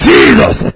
Jesus